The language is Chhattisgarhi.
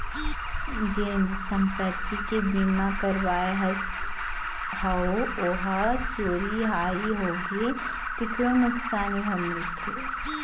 जेन संपत्ति के बीमा करवाए हस अउ ओ ह चोरी हारी होगे तेखरो नुकसानी ह मिलथे